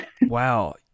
Wow